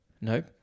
Nope